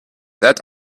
that